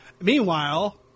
Meanwhile